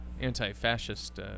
anti-fascist